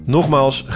Nogmaals